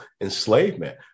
enslavement